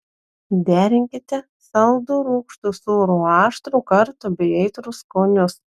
derinkite saldų rūgštų sūrų aštrų kartų bei aitrų skonius